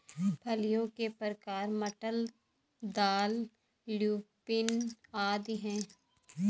फलियों के प्रकार मटर, दाल, ल्यूपिन आदि हैं